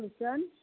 कोन सन